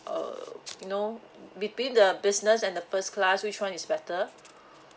uh you know between the business and the first class which one is better